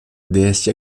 déesse